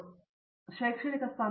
ಪ್ರತಾಪ್ ಹರಿಡೋಸ್ ಶೈಕ್ಷಣಿಕ ಸ್ಥಾನಗಳು